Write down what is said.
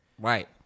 Right